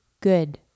good